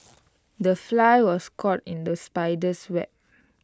the fly was caught in the spider's web